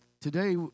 Today